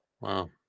Wow